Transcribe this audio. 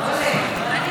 שלוש